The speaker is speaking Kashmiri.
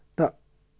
تہٕ